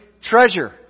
treasure